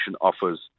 offers